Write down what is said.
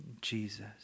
Jesus